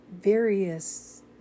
various